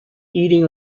eating